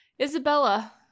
Isabella